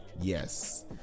yes